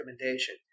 recommendation